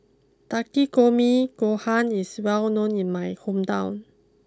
Takikomi Gohan is well known in my hometown